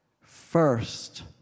First